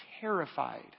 terrified